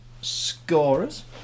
scorers